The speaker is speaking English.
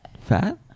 fat